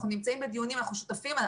אנחנו שותפים.